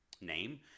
name